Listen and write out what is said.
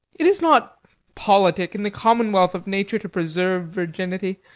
it is not politic in the commonwealth of nature to preserve virginity.